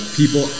people